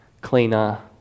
cleaner